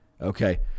Okay